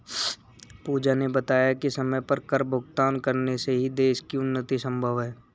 पूजा ने बताया कि समय पर कर भुगतान करने से ही देश की उन्नति संभव है